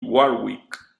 warwick